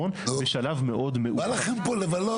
יש לה זכות וטו על העניין הזה.